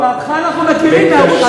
את דעתך אנחנו מכירים מערוץ-2.